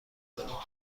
اتاق